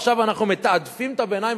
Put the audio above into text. עכשיו אנחנו מתעדפים את הביניים,